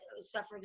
suffered